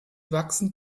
wachsen